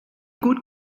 gut